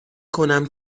کنم